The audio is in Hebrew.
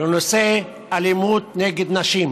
בנושא אלימות נגד נשים.